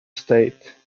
state